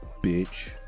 bitch